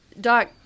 Doc